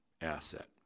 asset